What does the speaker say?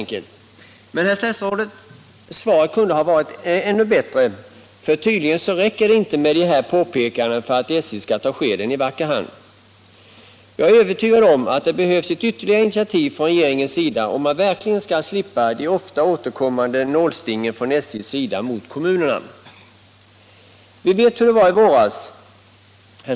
Men, herr statsråd, svaret kunde ha varit ännu bättre, för tydligen räcker det inte med de här påpekandena för att SJ skall ta skeden i vacker hand. Jag är övertygad om att det behövs ytterligare initiativ från regeringens sida om man verkligen skall slippa de ofta återkommande nålstingen från SJ:s sida mot kommunerna. Vi vet hur det var i våras.